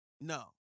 No